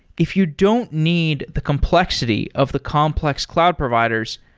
if you don't need the complexity of the complex cloud providers,